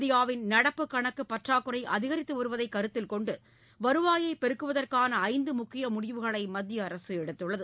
இந்தியாவின் நடப்புக் கணக்குப் பற்றாக்குறை அதிகரித்து வருவதை கருத்தில் கொண்டு வருவாயைப் பெருக்குவதற்கான ஐந்து முக்கிய முடிவுகளை மத்திய அரசு அறிவித்துள்ளது